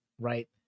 right